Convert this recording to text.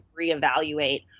reevaluate